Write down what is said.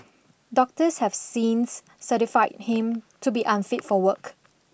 doctors have since certified him to be unfit for work